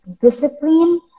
discipline